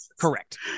Correct